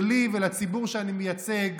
ולי ולציבור שאני מייצג,